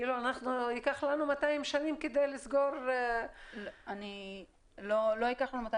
ייקח לנו 200 שנים כדי לסגור --- לא ייקח לנו 200